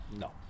No